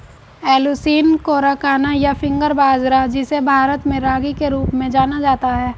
Eleusine coracana, या finger बाजरा, जिसे भारत में रागी के रूप में जाना जाता है